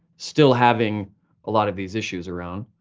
still having a lot of these issues around.